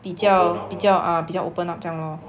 比较比较 ah 比较 open up 这样 lor